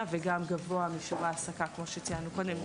וגם גבוה משיעור ההעסקה שאותו ציינו קודם.